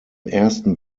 ersten